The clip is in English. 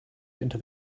into